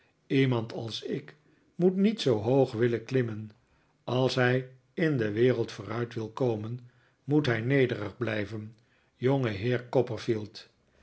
iemand als ik moet niet zoo hoog willen klimmen als hij in de wereld vooruit wil komen moet hij nederig blijven